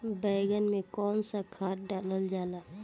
बैंगन में कवन सा खाद डालल जाला?